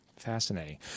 fascinating